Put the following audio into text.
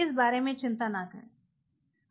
इस बारे में चिंता न करें